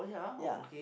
ya